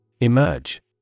Emerge